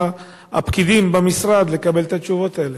הפקידים במשרד לקבל את התשובות האלה.